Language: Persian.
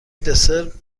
دسر